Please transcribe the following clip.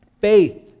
Faith